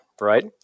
right